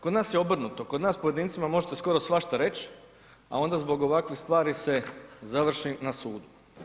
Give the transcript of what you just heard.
Kod nas je obrnuto, kod nas pojedincima možete skoro svašta reći, a onda zbog ovakvih stvari se završi na sudu.